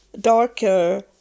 darker